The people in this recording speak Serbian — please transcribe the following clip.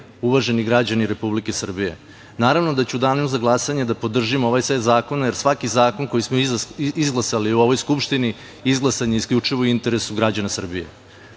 uvaženi građani Republike Srbije, naravno da ću u danu za glasanje da podržim ovaj set zakona, jer svaki zakon koji smo izglasali u ovoj Skupštini, izglasan je isključivo u interesu građana Srbije.U